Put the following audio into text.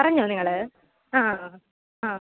പറഞ്ഞോ നിങ്ങൾ ആ ആ ആ